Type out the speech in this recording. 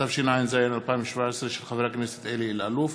התשע"ז 2017, של חבר הכנסת אלי אלאלוף,